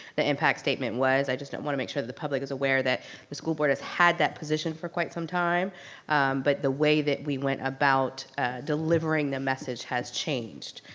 the impact statement was, i just don't wanna make sure that the public is aware that the school board has had that position for quite some time but the way that we went about delivering the message has changed.